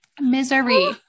Misery